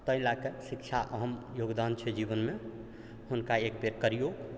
ताहि लऽ कऽ शिक्षाके अहम योगदान छै जीवनमे हुनका एकबेर करिऔ